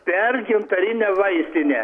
per gintarinę vaistinę